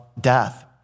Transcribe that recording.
death